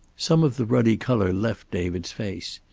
some of the ruddy color left david's face.